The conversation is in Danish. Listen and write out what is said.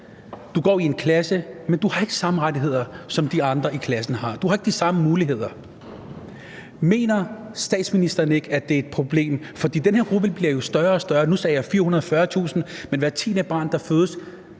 du går i en klasse, men du har ikke de samme rettigheder, som de andre i klassen har, du har ikke de samme muligheder. Mener statsministeren ikke, at det er et problem? For den her gruppe bliver jo større og større, og nu sagde jeg 440.000, men det er hvert tiende barn, der fødes